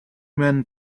men